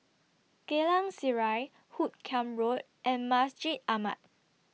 Geylang Serai Hoot Kiam Road and Masjid Ahmad